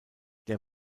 der